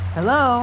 Hello